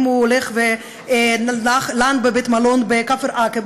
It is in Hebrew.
האם הוא הולך ולן בבית-מלון בכפר עקב,